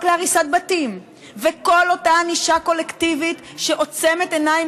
להריסת בתים ולכל אותה ענישה קולקטיבית שעוצמת עיניים